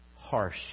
harsh